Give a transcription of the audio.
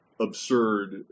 absurd